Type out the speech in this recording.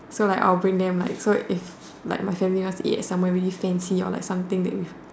so like I'll bring them like so if like my family wants to eat at somewhere really fancy or like something that with